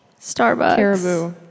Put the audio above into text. Starbucks